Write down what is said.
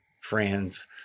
friends